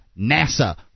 NASA